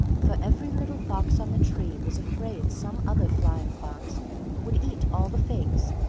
for every little fox on the tree was afraid some other flying fox would eat all the figs,